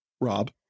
Rob